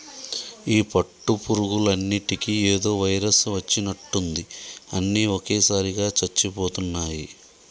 ఈ పట్టు పురుగులు అన్నిటికీ ఏదో వైరస్ వచ్చినట్టుంది అన్ని ఒకేసారిగా చచ్చిపోతున్నాయి